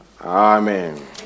Amen